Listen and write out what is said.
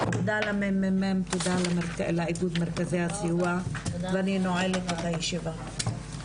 תודה לממ"מ ותודה לאיגוד מרכזי הסיוע ואני נועלת את הישיבה.